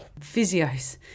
physios